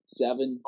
seven